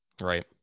right